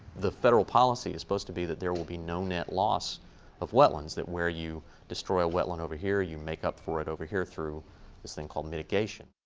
the federal policy is supposed to be that there will be no net loss of wetlands. that where you destroy a wetland over here you make up for it over here through this thing called mitigation.